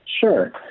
Sure